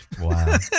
Wow